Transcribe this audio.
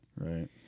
Right